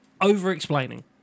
over-explaining